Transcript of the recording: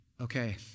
okay